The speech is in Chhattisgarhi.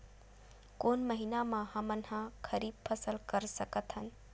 कोन महिना म हमन ह खरीफ फसल कर सकत हन?